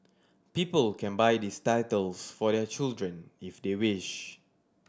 people can buy these titles for their children if they wish